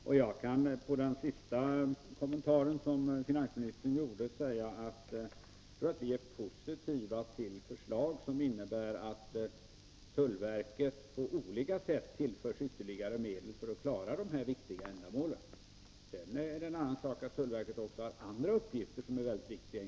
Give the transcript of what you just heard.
Jag kan med anledning av den senaste kommentaren från finansministern säga att vi är positiva till förslag som innebär att tullverket på olika sätt tillförs ytterligare medel för att det skall klara dessa viktiga uppgifter. Sedan är det en annan sak att tullverket också har andra uppgifter som är mycket viktiga.